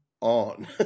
on